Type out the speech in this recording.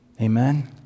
Amen